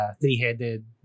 three-headed